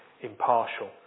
impartial